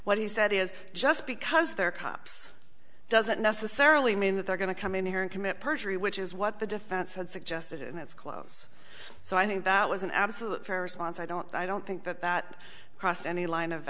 what he said is just because they're cops doesn't necessarily mean that they're going to come in here and commit perjury which is what the defense had suggested and it's close so i think that was an absolute fair response i don't i don't think that that cross any line of